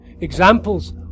examples